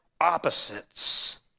opposites